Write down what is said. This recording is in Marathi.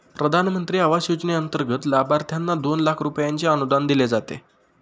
प्रधानमंत्री आवास योजनेंतर्गत लाभार्थ्यांना दोन लाख रुपयांचे अनुदान दिले जाते